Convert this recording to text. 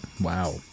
Wow